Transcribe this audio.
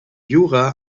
jura